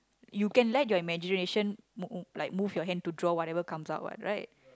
you can let your imagination move like move your hand to draw whatever comes out what right